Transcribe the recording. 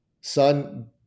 son